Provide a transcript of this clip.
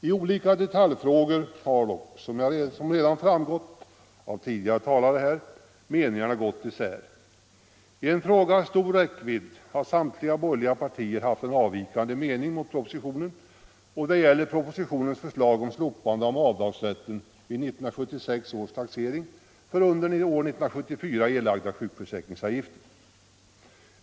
I olika detaljfrågor har dock, som redan framgått av tidigare talares anföranden, meningarna gått isär. I en fråga av stor räckvidd har samtliga borgerliga partier haft en från propositionen avvikande mening, och det gäller propositionens förslag om slopande av avdragsrätten vid 1976 års taxering för under år 1974 erlagda sjukförsäkringsavgifter.